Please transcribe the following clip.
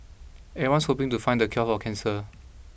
everyone's hoping to find the cure for cancer